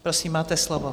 Prosím, máte slovo.